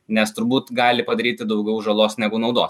nes turbūt gali padaryti daugiau žalos negu naudos